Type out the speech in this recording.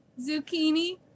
zucchini